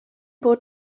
bod